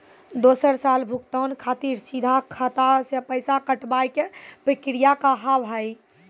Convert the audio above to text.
दोसर साल भुगतान खातिर सीधा खाता से पैसा कटवाए के प्रक्रिया का हाव हई?